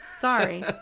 Sorry